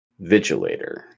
vigilator